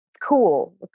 cool